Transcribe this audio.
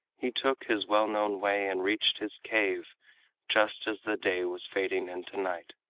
he took his well-known way, and reached his cave just as the day was fading into night,